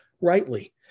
rightly